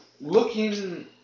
looking